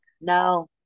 No